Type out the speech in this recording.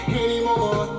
anymore